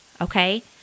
okay